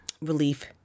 relief